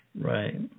Right